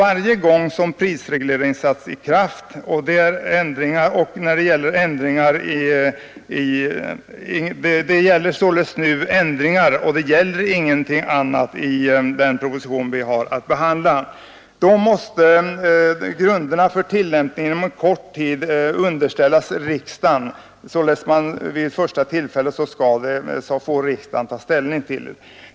Varje gång som prisregleringslagen sätts i kraft — och det är ändringar i den lagen det nu gäller, ingenting annat — måste grunderna för tillämpningen inom kort tid underställas riksdagen.